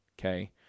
okay